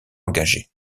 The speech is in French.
engagée